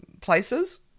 places